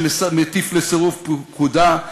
שמטיף לסירוב פקודה,